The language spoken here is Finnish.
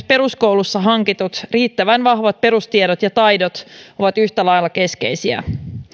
peruskoulussa hankitut riittävän vahvat perustiedot ja taidot ovat yhtä lailla keskeisiä